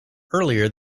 earlier